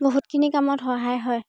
বহুতখিনি কামত সহায় হয়